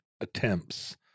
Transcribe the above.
attempts